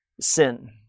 sin